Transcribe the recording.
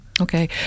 Okay